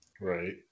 Right